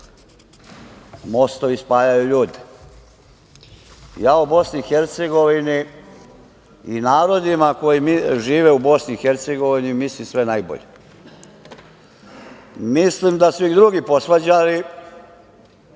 mostovi spajaju ljude. O BiH i narodima koji žive u BiH mislim sve najbolje. Mislim da su ih drugi posvađali